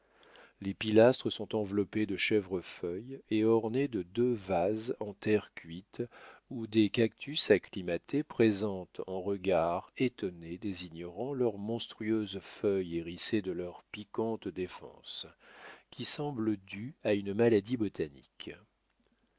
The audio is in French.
les pilastres sont enveloppés de chèvrefeuilles et ornés de deux vases en terre cuite où des cactus acclimatés présentent aux regards étonnés des ignorants leurs monstrueuses feuilles hérissées de leurs piquantes défenses qui semblent dues à une maladie botanique